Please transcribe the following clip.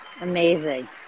Amazing